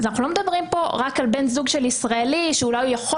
אנחנו לא מדברים כאן רק על בן זוג של ישראלי שאולי הוא יכול